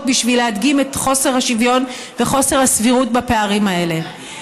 בשביל להדגים את חוסר השוויון וחוסר הסבירות בפערים האלה.